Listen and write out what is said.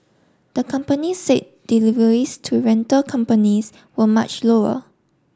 the company said deliveries to rental companies were much lower